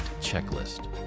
checklist